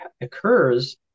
occurs